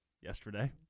Yesterday